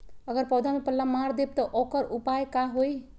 अगर पौधा में पल्ला मार देबे त औकर उपाय का होई?